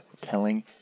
telling